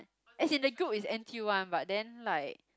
as in the group is N_T_U one but then like